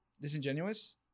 disingenuous